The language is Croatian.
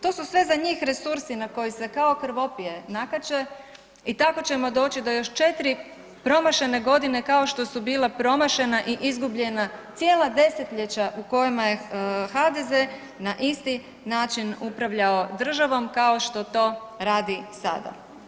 To su sve za njih resursi na koje se kao krvopije nakače i tako ćemo doći do još četiri promašene godine kao što bile promašena i izgubljena cijela desetljeća u kojima je HDZ na isti način upravljao državom kao što to radi sada.